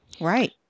Right